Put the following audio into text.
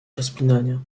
rozpinania